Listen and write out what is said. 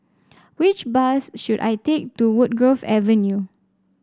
which bus should I take to Woodgrove Avenue